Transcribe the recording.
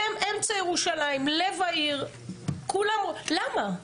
אמצע ירושלים, לב העיר, למה?